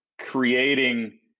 creating